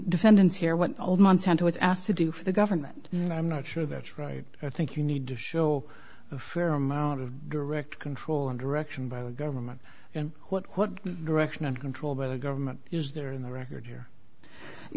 defendants hear what old monsanto is asked to do for the government and i'm not sure that's right i think you need to show fair amount of direct control and direction by the government and what what direction of control by the government is there in the record year you